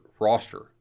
roster